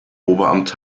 oberamt